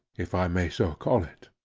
if i may so call it.